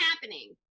happening